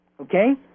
okay